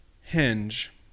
Hinge